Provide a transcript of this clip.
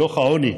בדוח העוני,